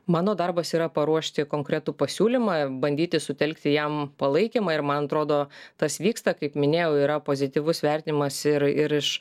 mano darbas yra paruošti konkretų pasiūlymą bandyti sutelkti jam palaikymą ir man atrodo tas vyksta kaip minėjau yra pozityvus vertinimas ir ir iš